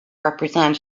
represent